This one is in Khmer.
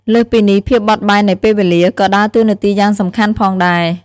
លើសពីនេះ ភាពបត់បែននៃពេលវេលា ក៏ដើរតួនាទីយ៉ាងសំខាន់ផងដែរ។